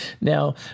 now